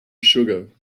sugar